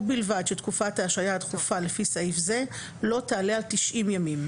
ובלבד שתקופת ההשעיה הדחופה לפי סעיף זה לא תעלה על תשעים ימים."